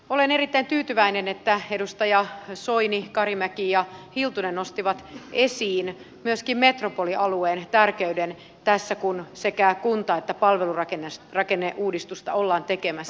olen erittäin tyytyväinen että edustajat soini karimäki ja hiltunen nostivat esiin myöskin metropolialueen tärkeyden tässä kun sekä kunta että palvelurakenneuudistusta ollaan tekemässä